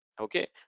okay